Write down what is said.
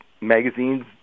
magazines